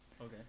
Okay